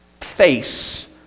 face